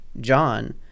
John